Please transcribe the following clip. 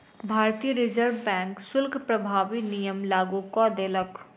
भारतीय Reserve Bank शुल्क प्रभावी नियम लागू कय देलक